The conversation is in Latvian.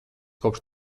kopš